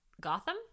Gotham